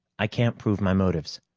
i can't prove my motives.